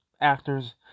actors